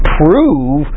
prove